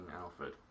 Alfred